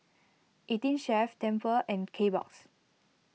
eighteen Chef Tempur and Kbox